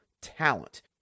talent